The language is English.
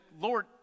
Lord